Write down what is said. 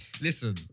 Listen